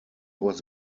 was